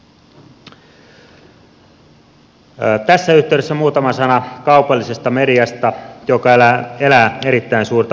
tässä yhteydessä muutama sana kaupallisesta mediasta joka elää erittäin suurta murrosta